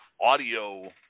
audio